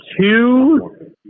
two